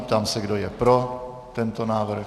Ptám se, kdo je pro tento návrh.